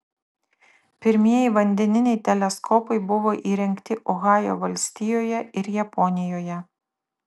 pirmieji vandeniniai teleskopai buvo įrengti ohajo valstijoje ir japonijoje